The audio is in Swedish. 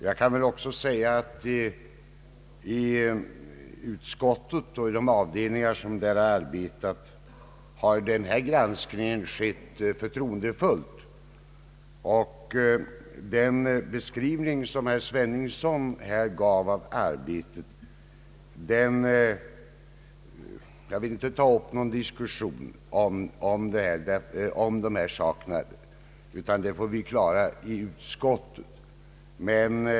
Jag vill också säga att granskningen i utskottet och de avdelningar som där arbetat har skett förtroendefullt. Jag vill inte här ta upp någon diskussion om den beskrivning som herr Sveningsson gav av arbetet; den får vi klara av i utskottet.